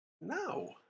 No